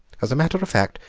as a matter of fact,